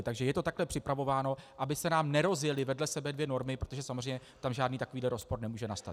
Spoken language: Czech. Takže je to takto připravováno, aby se nám nerozjely vedle sebe dvě normy, protože tam samozřejmě žádný takový rozpor nemůže nastat.